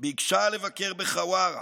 ביקשה לבקר בחווארה